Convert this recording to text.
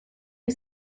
you